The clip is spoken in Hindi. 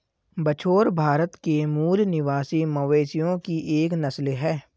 बछौर भारत के मूल निवासी मवेशियों की एक नस्ल है